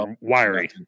wiry